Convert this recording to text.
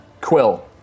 Quill